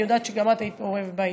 אני יודעת שגם את היית מעורבת בעניין.